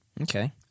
Okay